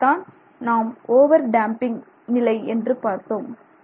இதைத்தான் நாம் over damping நிலை என்று பார்த்தோம்